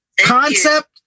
Concept